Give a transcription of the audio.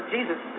Jesus